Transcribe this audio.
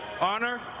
Honor